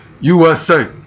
USA